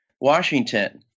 Washington